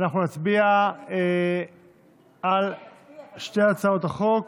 נצביע על שתי הצעות החוק.